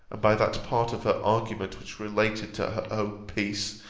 and by that part of her argument which related to her own peace,